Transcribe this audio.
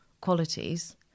qualities